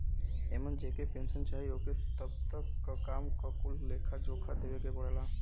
एमन जेके पेन्सन चाही ओके अब तक क काम क कुल लेखा जोखा देवे के पड़ला